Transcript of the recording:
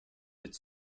its